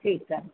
ठीकु आहे